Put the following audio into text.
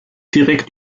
direkt